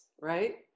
right